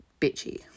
bitchy